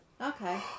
Okay